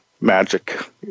magic